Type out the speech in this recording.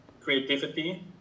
Creativity